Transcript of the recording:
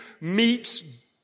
meets